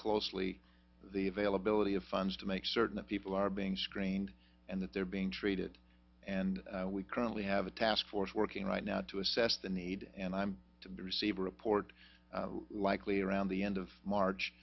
closely the availability of funds to make certain that people are being screened and that they're being treated and we currently have a task force working right now to assess the need and i'm to receive a report likely around the end of march